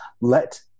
Let